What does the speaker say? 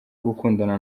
gukundana